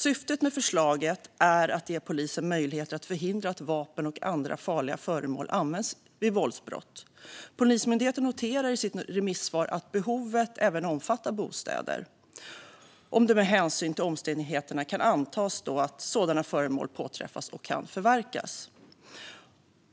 Syftet med förslaget är att ge polisen möjlighet att förhindra att vapen och andra farliga föremål används vid våldsbrott. Polismyndigheten noterar i sitt remissvar att behovet även omfattar bostäder, om det med hänsyn till omständigheterna kan antas att sådana föremål påträffas och kan förverkas.